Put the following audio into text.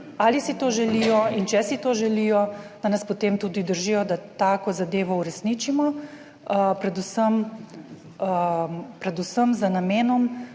ali si to želijo in če si to želijo, da nas potem tudi držijo, da tako zadevo uresničimo, predvsem z namenom,